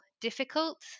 difficult